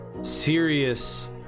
serious